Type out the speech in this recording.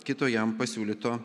kito jam pasiūlyto